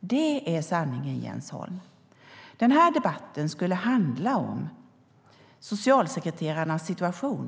Det är sanningen, Jens Holm. Den här debatten skulle handla om socialsekreterarnas situation.